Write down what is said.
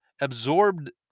absorbed